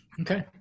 Okay